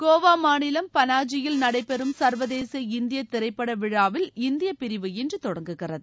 கோவா மாநிலம் பனாஜியில் நடைபெறும் சா்வதேச இந்திய திரைப்பட விழாவில் இந்திய பிரிவு இன்று தொடங்குகிறது